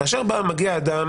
כאשר מגיע אדם